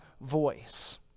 voice